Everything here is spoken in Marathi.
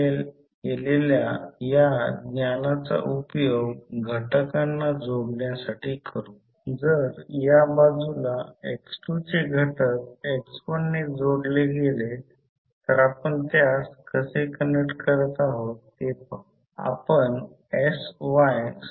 माझ्याकडे असलेले संपूर्ण सोल्युशन पहा परंतु येथे मी ते ठेवले नाही ते अधिक वेळ घेईल कृपया हे करण्यासाठी एक एक्सरसाईज आहे